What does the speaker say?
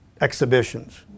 exhibitions